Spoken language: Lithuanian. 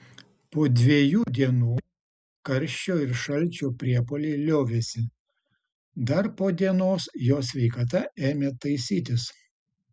po dviejų dienų karščio ir šalčio priepuoliai liovėsi dar po dienos jo sveikata ėmė taisytis